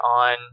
on